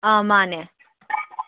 ꯑꯥ ꯃꯥꯟꯅꯦ